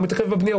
הוא מתעכב בבנייה,